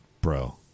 bro